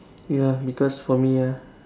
ya because for me ah